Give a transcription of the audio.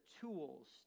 tools